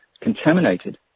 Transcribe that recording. contaminated